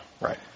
Right